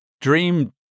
dream